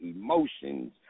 emotions